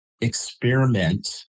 experiment